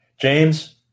James